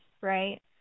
right